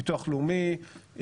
ביטוח לאומי,